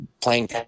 playing